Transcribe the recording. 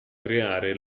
creare